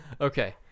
okay